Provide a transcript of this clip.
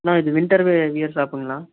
அண்ணா இது விண்ட்டர் வி வியர் ஷாப்புங்களா